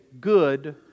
good